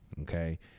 okay